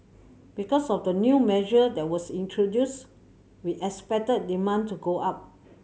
because of the new measure that was introduced we expected demand to go up